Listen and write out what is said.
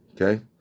Okay